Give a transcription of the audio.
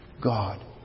God